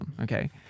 okay